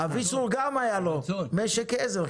לאביסרור גם היה משק עזר,